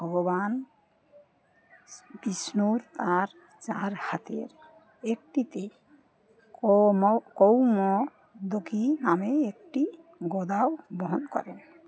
ভগবান বিষ্ণুর তার চার হাতের একটিতে কৌম কৌমদকী নামে একটি গদাও বহন করেন